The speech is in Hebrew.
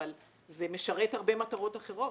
אבל זה משרת הרבה מטרות אחרות.